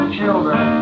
children